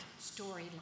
storyline